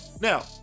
Now